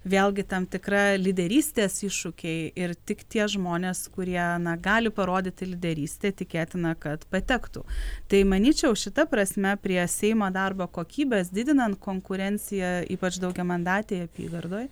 vėlgi tam tikra lyderystės iššūkiai ir tik tie žmonės kurie na gali parodyti lyderystę tikėtina kad patektų tai manyčiau šita prasme prie seimo darbo kokybės didinant konkurenciją ypač daugiamandatėj apygardoj